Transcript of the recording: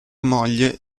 moglie